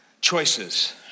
Choices